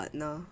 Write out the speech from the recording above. no